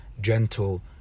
gentle